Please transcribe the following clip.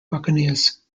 buccaneers